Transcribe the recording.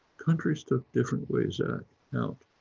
countries took different ways out.